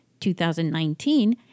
2019